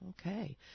Okay